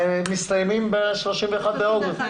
תקנות שעת חירום שמסתיימות ב-31 באוגוסט.